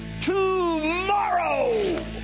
tomorrow